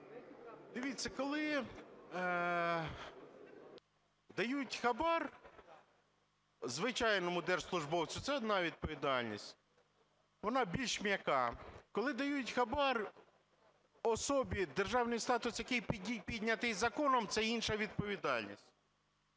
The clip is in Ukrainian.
Дивіться, коли дають хабар звичайному держслужбовцю, - це одна відповідальність, вона більш м'яка. Коли дають хабар особі, державний статус якої піднятий законом, - це інша відповідальність.